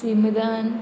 Simran